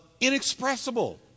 inexpressible